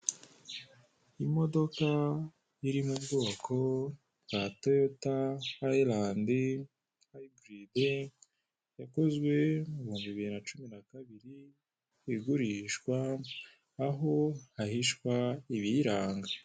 Imodoka iri mubwoko bwa toyota, hayilandi hiburide, yakozwe mu bihumb bibiri na cumi na kabiri, igurishwa aho hahishw ibiyiranga.